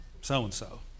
so-and-so